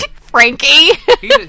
Frankie